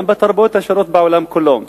גם בתרבויות השונות בעולם כולו,